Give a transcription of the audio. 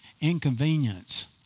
inconvenience